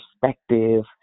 perspective